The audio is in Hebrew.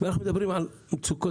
ואנחנו מדברים על מצוקות,